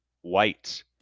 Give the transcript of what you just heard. white